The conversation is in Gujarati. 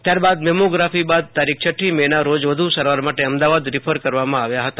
ત્યારબાદ મેમોગ્રાફી બાદ તારીખ છઠ્ઠી મેના રોજ વધુ સારવાર માટે અમદાવાદ રીફર કરવામાં આવ્યા હતા